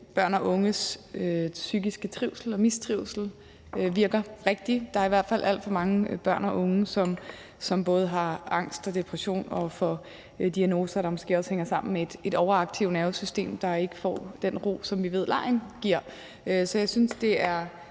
børn og unges psykiske trivsel og mistrivsel virker rigtig. Der er i hvert fald alt for mange børn og unge, som både har angst og depression og får diagnoser, der måske også hænger sammen med et overaktivt nervesystem, der ikke får den ro, som vi ved legen giver. Så jeg synes, det er